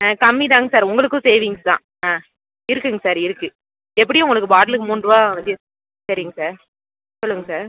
ஆ கம்மிதாங்க சார் உங்களுக்கும் சேவிங்ஸ் தான் இருக்குதுங்க சார் இருக்கு எப்படியும் உங்களுக்கு பாட்டிலுக்கு மூன்றுபா வரைக்கும் சரிங்க சார் சொல்லுங்கள் சார்